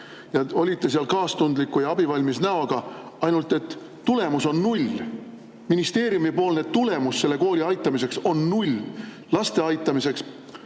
Te olite seal kaastundliku ja abivalmis näoga, ainult et tulemus on null. Ministeeriumi tulemus selle kooli aitamiseks – laste aitamiseks,